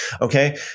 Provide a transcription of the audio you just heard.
Okay